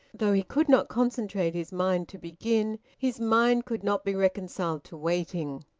though he could not concentrate his mind to begin, his mind could not be reconciled to waiting.